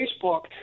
Facebook